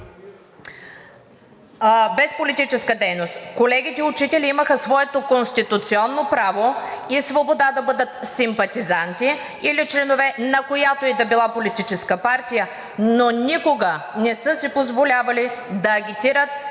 без политическа дейност. Колегите учители имаха своето конституционно право и свобода да бъдат симпатизанти или членове на която и да било политическа партия, но никога не са си позволявали да агитират